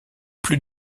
plus